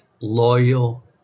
loyal